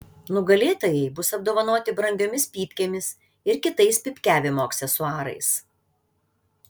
nugalėtojai bus apdovanoti brangiomis pypkėmis ir kitais pypkiavimo aksesuarais